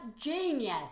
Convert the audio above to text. genius